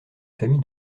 famille